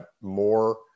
more